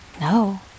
No